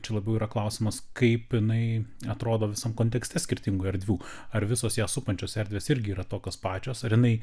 čia labiau yra klausimas kaip jinai atrodo visam kontekste skirtingų erdvių ar visos ją supančios erdvės irgi yra tokios pačios ar jinai